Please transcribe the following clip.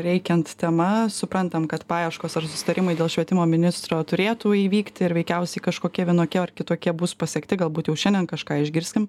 reikiant tema suprantam kad paieškos ar susitarimai dėl švietimo ministro turėtų įvykti ir veikiausiai kažkokie vienokie ar kitokie bus pasiekti galbūt jau šiandien kažką išgirskim